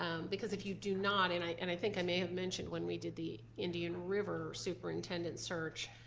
because if you do not and i and i think i may have mentioned when we did the indian river superintendent search,